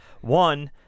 One